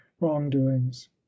wrongdoings